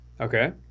Okay